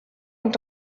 und